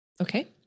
okay